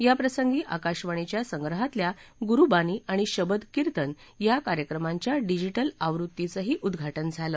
याप्रसंगी आकाशवाणीच्या संग्रहातल्या गुरुबानी आणि शबद कीर्तन या कार्यक्रमांच्या डिजिटल आवृत्तीचं ही उद्घाटन झालं